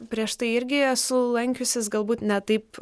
prieš tai irgi esu lankiusis galbūt ne taip